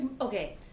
Okay